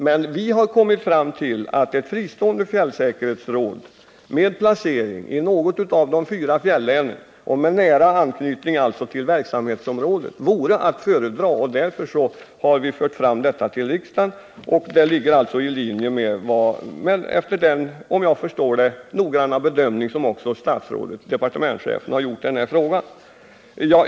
Men vi har kommit fram till att ett fristående fjällsäkerhetsråd med placering i något av de fyra fjällänen och alltså med nära anknytning till verksamhetsområdet vore att föredra, och därför har vi fört fram detta förslag till riksdagen. Det ligger alltså i linje med den, om jag förstår det rätt, noggranna bedömning som också departementschefen har gjort i denna fråga.